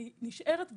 אני נשארת בחוץ.